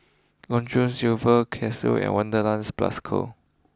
long John Silver Casio and Wanderlust Plus Co